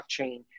blockchain